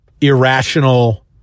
irrational